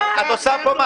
בכיינות.